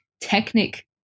technic